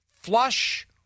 flush